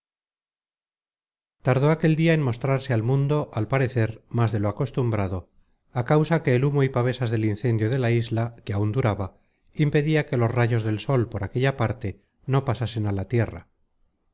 tardó aquel dia en mostrarse al mundo al parecer más de lo acostumbrado á causa que el humo y pavesas del incendio de la isla que áun duraba impedia que los rayos del sol por aquella parte no pasasen á la tierra